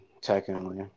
technically